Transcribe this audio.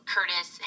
Curtis